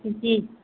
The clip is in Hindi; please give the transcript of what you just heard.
किसी